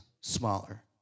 smaller